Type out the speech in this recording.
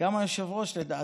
גם היושב-ראש, לדעתי.